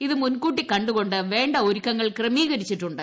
ഇതു മുൻകൂട്ടി കണ്ടുകൊണ്ട് വേണ്ട ഒരുക്കങ്ങൾ ക്രമീകരിച്ചിട്ടുണ്ട്